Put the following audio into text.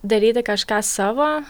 daryti kažką savo